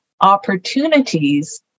opportunities